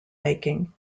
making